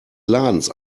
ladens